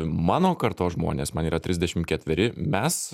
mano kartos žmonės man yra trisdešimt ketveri mes